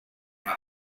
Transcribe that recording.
una